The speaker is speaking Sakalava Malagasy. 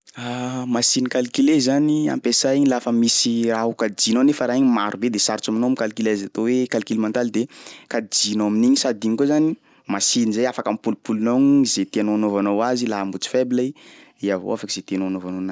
Machine calculer zany ampiasay igny lafa misy raha ho kajianao nefa raha igny maro be de sarotsy aminao micalcule azy atao hoe calcul mental de kajianao amin'igny sady igny koa zany machine zay afaka ampolimpolinao igny zay tianao anaovanao azy laha mbo tsy faible i, iha avao afaky zay tianao anaovanao anazy eo.